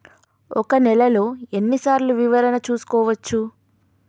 ఒక నెలలో ఎన్ని సార్లు వివరణ చూసుకోవచ్చు?